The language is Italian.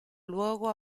luogo